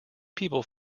people